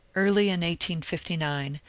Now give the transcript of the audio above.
early in fifty nine,